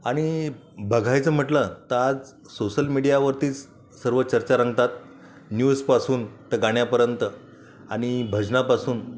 आणि बघायचं म्हटलं तर आज सोसल मीडियावरतीच सर्व चर्चा रंगतात न्यूजपासून तर गाण्यापर्यंत आणि भजनापासून